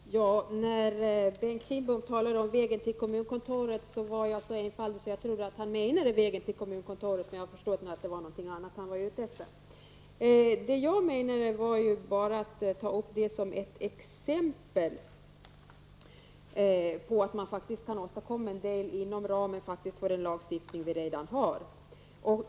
Fru talman! När Bengt Kindbom talade om vägen till kommunalkontoret, var jag så enfaldig att jag trodde att han avsåg just vägen till kommunalkontoret. Men nu har jag förstått att det var någonting annat han var ute efter. Jag tog bara upp detta som ett exempel på att man faktiskt kan åstadkomma en del inom ramen för den lagstiftning som redan finns.